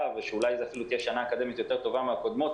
ושאולי זו תהיה שנה אקדמית יותר טובה מהקודמות,